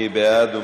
מי בעד?